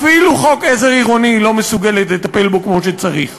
אפילו בחוק עזר עירוני היא לא מסוגלת לטפל כמו שצריך.